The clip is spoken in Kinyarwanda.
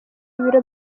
ibiro